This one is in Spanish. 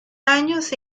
años